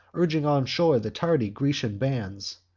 urging on shore the tardy grecian bands.